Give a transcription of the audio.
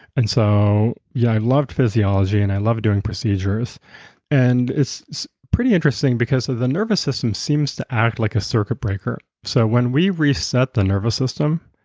and so yeah i loved physiology physiology and i loved doing procedures and it's pretty interesting because the nervous system seems to act like a circuit breaker. so when we reset the nervous system,